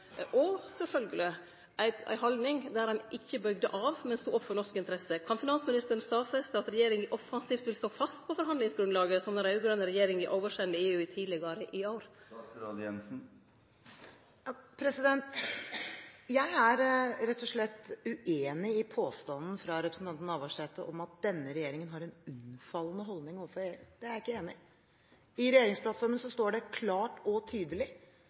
ei haldning der ein ikkje bøygde av, men stod opp for norske interesser. Kan finansministeren stadfeste at regjeringa offensivt vil stå fast på forhandlingsgrunnlaget som den raud-grøne regjeringa sendte EU tidlegare i år? Jeg er rett og slett uenig i påstanden fra representanten Navarsete om at denne regjeringen har en unnfallende holdning overfor EU. Det er jeg ikke enig i. I regjeringsplattformen står det klart og tydelig